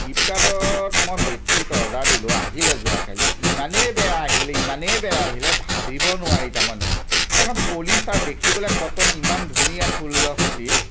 ফ্লিপকাৰ্টত মই bedsheet order দিলোঁ আহিলে যোৱাকালি ইমানেই বেয়া আহিলে ইমানেই বেয়া আহিলে ভাবিব নোৱাৰি তাৰমানে এইখন পলিষ্টাৰ কটন দেখিবলৈ ইমান ধুনীয়া ফুলৰ সৈতে